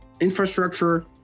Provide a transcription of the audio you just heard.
infrastructure